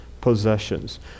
possessions